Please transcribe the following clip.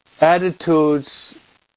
attitudes